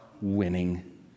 winning